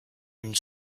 une